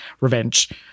revenge